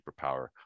superpower